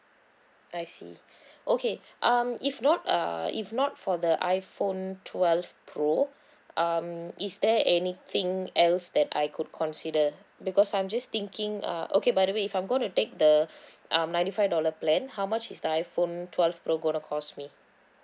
I see okay um if not uh if not for the iphone twelve pro um is there anything else that I could consider because I'm just thinking uh okay by the way if I'm going to take the um ninety five dollar plan how much is the iphone twelve pro gonna cost me